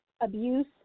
abuse